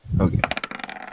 Okay